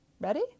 Ready